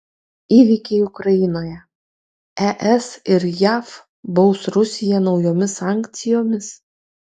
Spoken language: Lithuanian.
įvykiai ukrainoje es ir jav baus rusiją naujomis sankcijomis